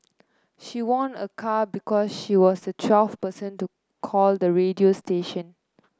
she won a car because she was the twelfth person to call the radio station